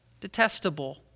detestable